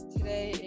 Today